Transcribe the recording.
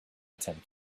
attempt